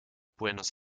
buenos